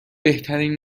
بهترین